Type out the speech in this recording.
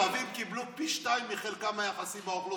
הערבים קיבלו פי שניים מחלקם היחסי באוכלוסייה,